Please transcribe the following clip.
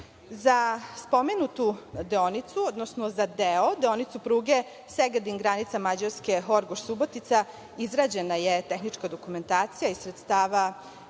spomenutu deonicu, odnosno za deo, deonicu pruge Segedin-granica Mađarske-Horgoš-Subotica izrađena je tehnička dokumentacija iz sredstava